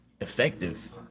effective